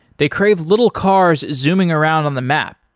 they crave little cars zooming around on the map.